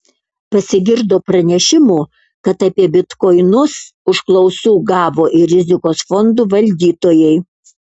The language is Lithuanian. pasigirdo pranešimų kad apie bitkoinus užklausų gavo ir rizikos fondų valdytojai